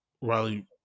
Riley